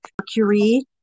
Mercury